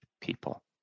people